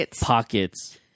pockets